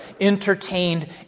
entertained